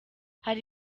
hari